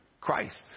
Christ